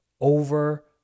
over